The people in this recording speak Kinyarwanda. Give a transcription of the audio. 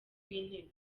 w’intebe